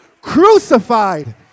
crucified